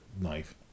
knife